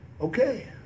okay